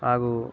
ಹಾಗೂ